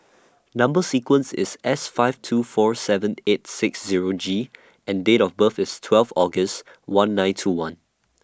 Number sequence IS S five two four seven eight six Zero G and Date of birth IS twelve August one nine two one